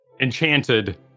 enchanted